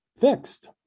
fixed